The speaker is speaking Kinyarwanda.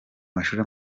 mashuri